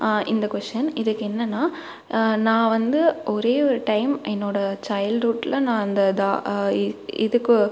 இந்த கொஷ்டின் இதுக்கு என்னென்னா நான் வந்து ஒரே ஒரு டைம் என்னோடய சைல்ட்ஹுடில் நா அந்த தா இ இதுக்கு